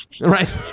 right